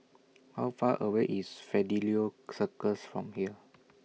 How Far away IS Fidelio Circus from here